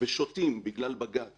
בשוטים בגלל בג"צ